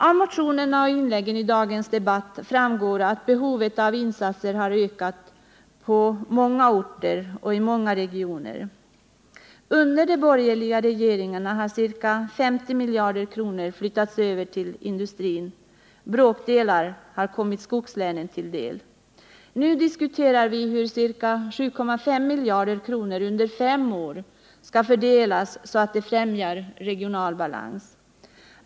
Av motionerna och inläggen i dagens debatt framgår att behovet av insatser har ökat på många orter och i många regioner. Under de borgerliga regeringarna har ca 50 miljarder flyttats över till industrin. En bråkdel har kommit skogslänen till del. Nu diskuterar vi hur ca 7,5 miljarder under fem år skall fördelas så att de främjar regional balans.